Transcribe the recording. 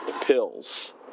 pills